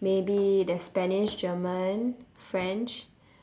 maybe there's spanish german french